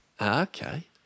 Okay